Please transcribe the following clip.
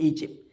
Egypt